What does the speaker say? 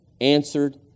answered